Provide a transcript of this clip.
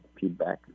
feedback